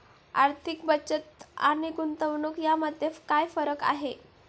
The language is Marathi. आर्थिक बचत आणि गुंतवणूक यामध्ये काय फरक आहे?